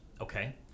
Okay